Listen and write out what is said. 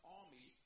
army